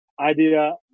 idea